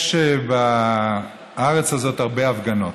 יש בארץ הזאת הרבה הפגנות.